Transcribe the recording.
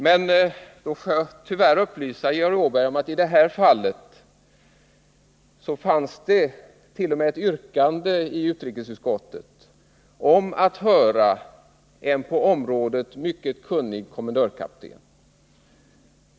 Men då får jag tyvärr upplysa Georg Åberg om att i detta fall fanns det t.o.m. ett yrkande i utrikesutskottet att en på området mycket kunnig kommendörkapten skulle höras.